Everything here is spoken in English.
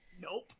nope